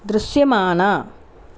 దృశ్యమాన